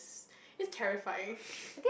it's terrifying